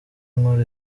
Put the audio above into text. inkuru